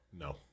No